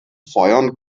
feiern